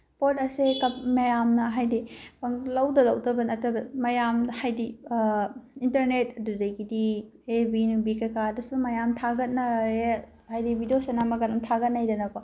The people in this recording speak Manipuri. ꯄꯣꯠ ꯑꯁꯦ ꯃꯌꯥꯝꯅ ꯍꯥꯏꯗꯤ ꯄꯪꯂꯧꯗ ꯂꯧꯊꯕ ꯅꯠꯇꯕ ꯃꯌꯥꯝꯗ ꯍꯥꯏꯗꯤ ꯏꯟꯇꯔꯅꯦꯠ ꯑꯗꯨꯗꯒꯤꯗꯤ ꯑꯦꯐ ꯕꯤ ꯅꯨꯡꯕꯤ ꯀꯩꯀꯥꯗꯁꯨ ꯃꯌꯥꯝ ꯊꯥꯒꯠꯅꯔꯦ ꯍꯥꯏꯗꯤ ꯕꯤꯗꯤꯑꯣꯁꯤ ꯅꯝꯃꯒ ꯑꯗꯨꯝ ꯊꯥꯒꯠꯅꯩꯗꯅꯀꯣ